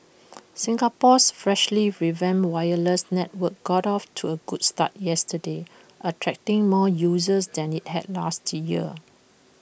Singapore's freshly revamped wireless network got off to A good start yesterday attracting more users than IT had last year